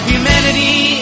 Humanity